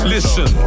Listen